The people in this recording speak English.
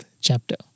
chapter